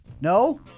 No